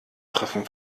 treffen